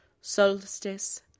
Solstice